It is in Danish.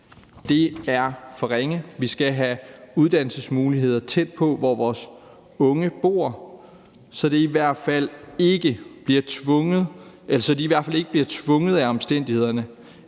Det er for ringe. Vi skal have uddannelsesmuligheder tæt på der, hvor vores unge bor, så det i hvert fald ikke er, fordi de er tvunget af omstændighederne,